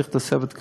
צריך תוספת תקנים.